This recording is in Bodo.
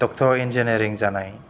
डक्टर इन्जिनियारिं जानाय